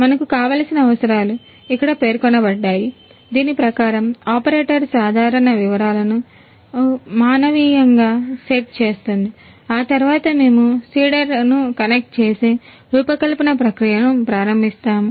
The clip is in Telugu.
మనకు కావలసిన అవసరాలు ఇక్కడ పేర్కొనబడ్డాయి దీని ప్రకారం ఆపరేటర్ సాధన వివరాలను మానవీయంగా సెట్ను కనెక్ట్ చేసి రూపకల్పన ప్రక్రియను ప్రారంభిస్తాము